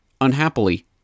Unhappily